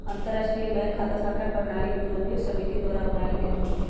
अंतरराष्ट्रीय बैंक खता संख्या प्रणाली यूरोपीय समिति द्वारा अपनायल गेल रहै